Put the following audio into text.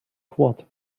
quad